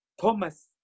Thomas